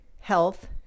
health